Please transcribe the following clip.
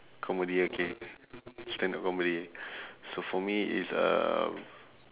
comedy okay stand up comedy so for me it's uh